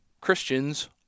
Christians